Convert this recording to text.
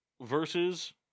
versus